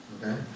Okay